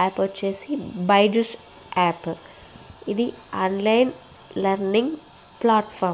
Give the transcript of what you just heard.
app వచ్చి Byju's app ఇది online learning platform